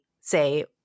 say